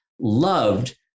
loved